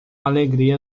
alegria